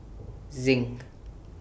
Zinc